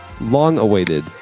long-awaited